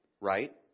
right